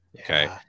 okay